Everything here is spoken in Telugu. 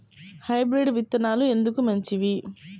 హైబ్రిడ్ విత్తనాలు ఎందుకు మంచివి?